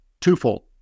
twofold